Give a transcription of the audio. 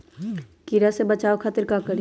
कीरा से बचाओ खातिर का करी?